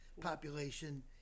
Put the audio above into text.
population